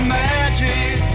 magic